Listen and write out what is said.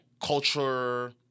culture